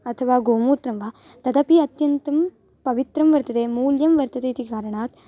अथवा गोमूत्रं वा तदपि अत्यन्तं पवित्रं वर्तते मूल्यं वर्तते इति कारणात्